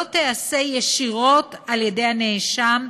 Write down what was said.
לא תיעשה ישירות על ידי הנאשם,